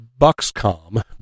buxcom